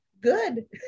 Good